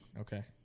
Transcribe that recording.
Okay